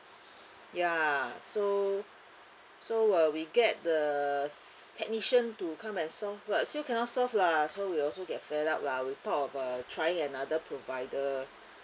ya so so uh we get the technician to come and solve but still cannot solve lah so we also get fed up lah we thought of uh trying another provider